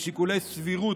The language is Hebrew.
משיקולי 'סבירות',